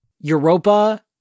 Europa